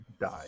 die